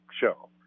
show